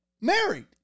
married